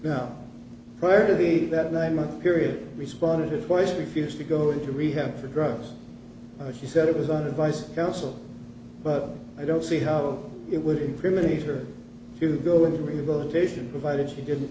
eight prior to the that nine month period responded to twice refused to go into rehab for drugs she said it was on advice counsel but i don't see how it would incriminate her to go in rehabilitation provided she didn't